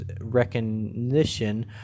recognition